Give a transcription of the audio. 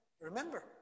remember